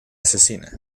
asesina